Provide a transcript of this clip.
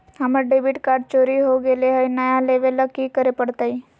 हमर debit card चोरी हो गेले हई, नया लेवे ल की करे पड़तई?